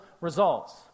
results